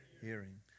hearing